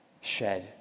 shed